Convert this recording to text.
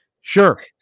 Sure